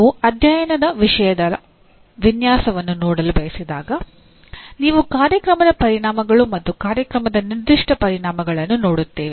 ನೀವು ಅಧ್ಯಯನ ವಿಷಯದ ವಿನ್ಯಾಸವನ್ನು ನೋಡಲು ಬಯಸಿದಾಗ ನೀವು ಕಾರ್ಯಕ್ರಮದ ಪರಿಣಾಮಗಳು ಮತ್ತು ಕಾರ್ಯಕ್ರಮದ ನಿರ್ದಿಷ್ಟ ಪರಿಣಾಮಗಳನ್ನು ನೋಡುತ್ತೇವೆ